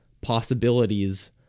possibilities